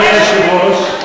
אדוני היושב-ראש,